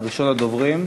ראשון הדוברים,